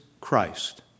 Christ